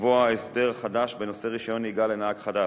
לקבוע הסדר חדש בנושא רשיון נהיגה לנהג חדש,